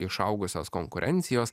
išaugusios konkurencijos